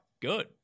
good